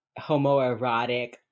homoerotic